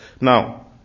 Now